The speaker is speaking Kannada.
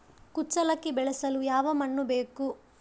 ಕುಚ್ಚಲಕ್ಕಿ ಬೆಳೆಸಲು ಯಾವ ಮಣ್ಣು ಬೇಕು?